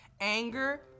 anger